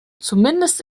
zumindest